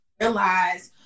realize